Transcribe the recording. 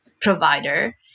provider